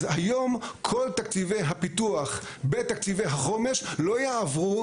אז היום כל תקציבי הפיתוח בתקציבי החומש לא יעברו,